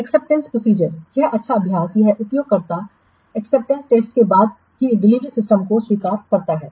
acceptance procedure यह अच्छा अभ्यास यह उपयोगकर्ता एक्सेप्टेड टेस्टके बाद ही डिलीवरी सिस्टम को स्वीकार करता है